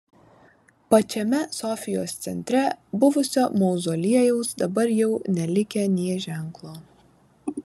pačiame sofijos centre buvusio mauzoliejaus dabar jau nelikę nė ženklo